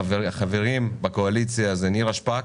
החברים מהקואליציה הם: נירה שפק,